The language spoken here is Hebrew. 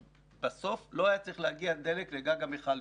שבסוף לא היה צריך להגיע דלק לגג המכל,